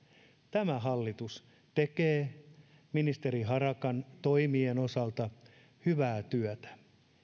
tämä hallitus tekee ministeri harakan toimien osalta hyvää työtä